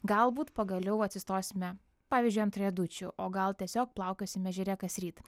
galbūt pagaliau atsistosime pavyzdžiui ant riedučių o gal tiesiog plaukiosim ežere kasryt